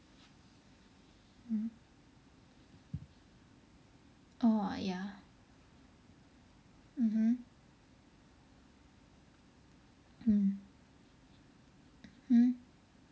mmhmm orh ya mmhmm mm hmm